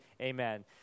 Amen